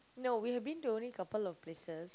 no we have been to only couple of places